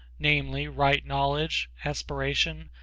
namely, right knowledge, aspiration,